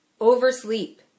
Oversleep